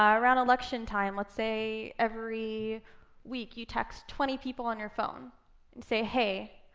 ah around election time, let's say every week, you text twenty people on your phone, and say, hey,